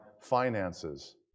finances